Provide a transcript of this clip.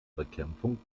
bekämpfung